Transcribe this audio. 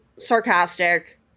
Sarcastic